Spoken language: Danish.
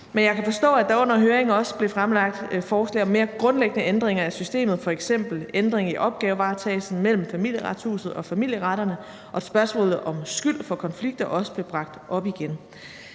Men jeg kan forstå, at der under høringen også blev fremlagt forslag om mere grundlæggende ændringer af systemet, f.eks. ændringer i opgavevaretagelsen mellem Familieretshuset og familieretterne, og at spørgsmålet om skyld for konflikter også blev bragt op igen.